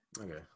Okay